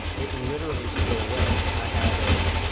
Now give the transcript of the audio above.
it literally could go away. i had a